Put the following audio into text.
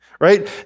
right